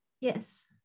yes